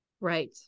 Right